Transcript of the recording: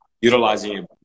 utilizing